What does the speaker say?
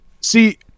See